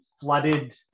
flooded